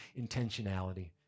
intentionality